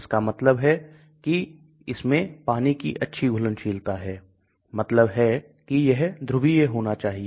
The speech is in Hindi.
इसलिए दवा को pH कि सभी स्थितियों पर घुलनशील होना चाहिए